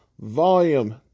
Volume